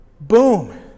Boom